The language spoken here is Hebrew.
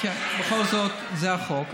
בכול זאת, זה החוק.